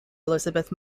elizabeth